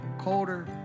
colder